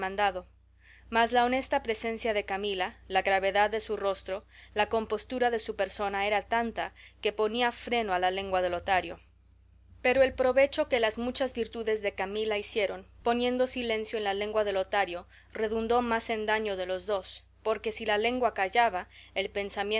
mas la honesta presencia de camila la gravedad de su rostro la compostura de su persona era tanta que ponía freno a la lengua de lotario pero el provecho que las muchas virtudes de camila hicieron poniendo silencio en la lengua de lotario redundó más en daño de los dos porque si la lengua callaba el